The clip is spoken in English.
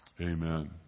Amen